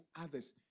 others